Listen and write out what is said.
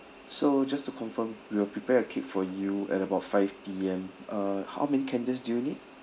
so just to confirm we will prepare a cake for you at about five P_M uh how many candles do you need